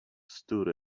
stood